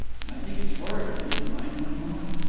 and i think it's horrid of you to mind my knowing.